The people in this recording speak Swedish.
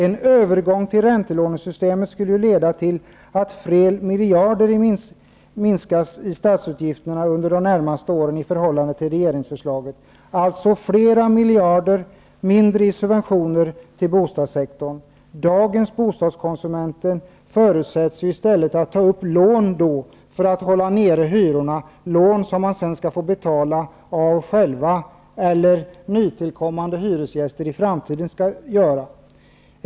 En övergång till räntelånesystemet skulle leda till att statsutgifterna minskas med flera miljarder kronor under de närmaste åren i förhållande till regeringsförslaget. Det innebär alltså flera miljarder mindre i subventioner till bostadssektorn. Dagens bostadskonsumenter förutsätts i stället ta upp lån för att hålla hyrorna nere. Dessa lån skall man sedan få betala av själva, eller också får nytillkommande hyresgäster i framtiden göra det.